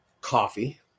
coffee